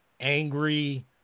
angry